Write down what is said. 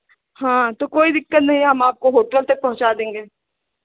तो कोई दिक्कत नहीं है हम आपको होटल तक पहुँचा देंगे